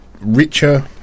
richer